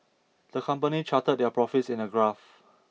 the company charted their profits in a graph